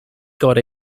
got